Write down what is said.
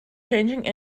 changing